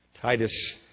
Titus